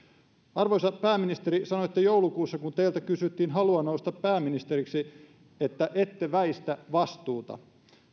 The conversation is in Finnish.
arvoisa pääministeri sanoitte joulukuussa kun teiltä kysyttiin halua nousta pääministeriksi että ette väistä vastuuta